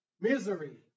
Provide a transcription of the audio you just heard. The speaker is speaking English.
misery